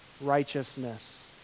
righteousness